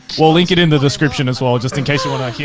we'll link it in the description as well just in case you wanna